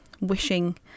wishing